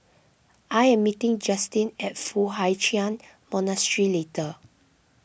I am meeting Justin at Foo Hai Ch'an Monastery